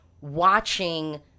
watching